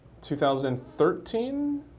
2013